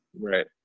Right